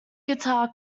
guitar